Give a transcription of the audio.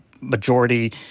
majority